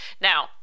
Now